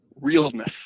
realness